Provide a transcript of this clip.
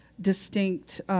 distinct